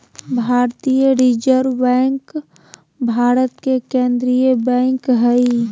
भारतीय reserve bank Bharat के केन्द्रीय बैंक हइ